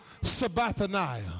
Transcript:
Sabathaniah